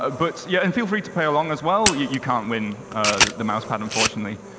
ah but yeah and feel free to play along as well. you can't win the mouse pad, unfortunately.